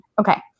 Okay